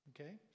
Okay